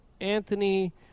Anthony